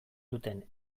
duten